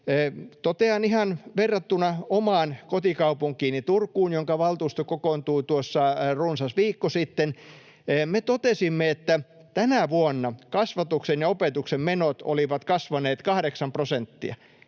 tämän ihan verrattuna omaan kotikaupunkiini Turkuun, jonka valtuusto kokoontui runsas viikko sitten: Me totesimme, että tänä vuonna kasvatuksen ja opetuksen menot olivat kasvaneet kahdeksan prosenttia.